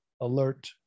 alert